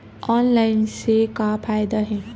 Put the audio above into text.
Online से का फ़ायदा हे?